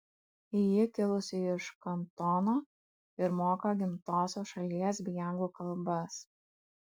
ji kilusi iš kantono ir moka gimtosios šalies bei anglų kalbas